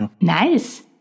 Nice